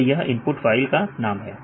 और यह input file का नाम है